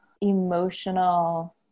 emotional